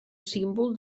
símbol